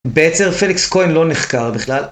בעצם פליקס כהן לא נחקר בכלל.